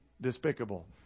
despicable